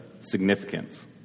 significance